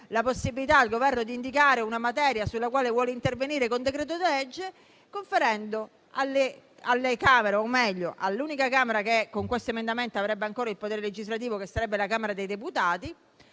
la possibilità al Governo di indicare una materia sulla quale vuole intervenire con decreto-legge e conferendo alle Camere, o meglio all'unica Camera che con questo emendamento avrebbe ancora il potere legislativo - sarebbe la Camera dei deputati